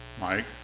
Mike